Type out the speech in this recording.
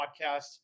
podcast